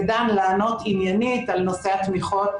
לדן בן טל לענות עניינית על נושא התמיכות.